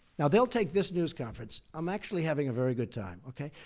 now, they'll take this news conference. i'm actually having a very good time, okay?